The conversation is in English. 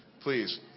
Please